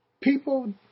People